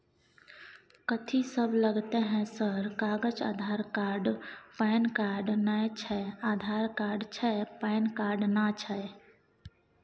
कथि सब लगतै है सर कागज आधार कार्ड पैन कार्ड नए छै आधार कार्ड छै पैन कार्ड ना छै?